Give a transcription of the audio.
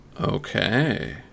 Okay